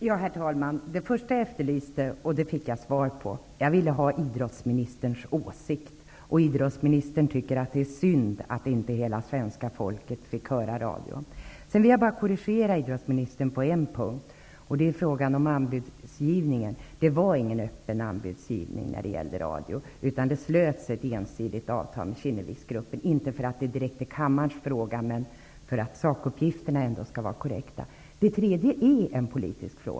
Herr talman! Det första som jag efterlyste har jag fått. Jag ville ju ha ett besked från idrottsministern om hans åsikt här, och han tycker att det är synd att inte hela svenska folket fick höra hockey-VM på radio. På en punkt vill jag korrigera idrottsministern. Det gäller då frågan om anbudsgivningen. Det var nämligen inte en öppen anbudsgivning när det gällde radion, utan det slöts ett ensidigt avtal med Kinneviksgruppen. Detta är inte direkt en fråga för kammaren, men jag vill säga detta för att sakuppgifterna skall vara korrekta. Vidare är det här en politisk fråga.